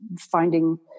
finding